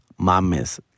mames